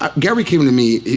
um gary came to me.